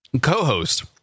Co-host